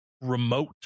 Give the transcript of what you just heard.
remote